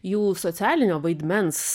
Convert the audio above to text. jų socialinio vaidmens